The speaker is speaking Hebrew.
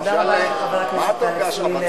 תודה רבה לך, חבר הכנסת אלכס מילר.